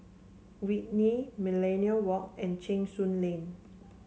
Whitley Millenia Walk and Cheng Soon Lane